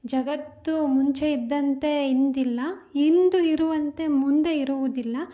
ಜಗತ್ತು ಮುಂಚೆ ಇದ್ದಂತೆ ಇಂದಿಲ್ಲ ಇಂದು ಇರುವಂತೆ ಮುಂದೆ ಇರುವುದಿಲ್ಲ